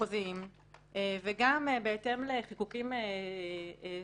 וגם בהתאם לחיקוקים ספציפיים,